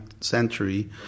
century